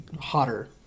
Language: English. hotter